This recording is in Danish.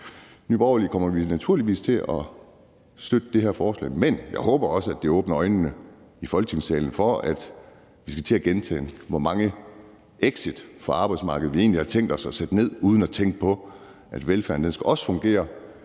Nye Borgerlige kommer vi naturligvis til at støtte det her forslag, men jeg håber også, at det åbner øjnene i Folketingssalen for, at vi skal til at gentænke, hvor mange exitter fra arbejdsmarkedet vi egentlig har tænkt os at der er, uden at tænke på, at velfærden også skal fungere,